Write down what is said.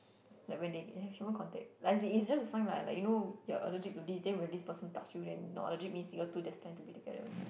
like when they have human contact like it it's just a sign lah like you know you're allergic to this then when this person touch you then not allergic means you all two destined to be together